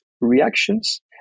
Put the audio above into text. reactions